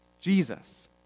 Jesus